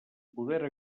poder